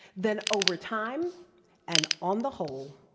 then, over time and on the whole,